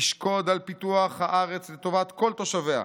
תשקוד על פיתוח הארץ לטובת כל תושביה,